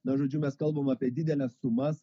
na žodžiu mes kalbam apie dideles sumas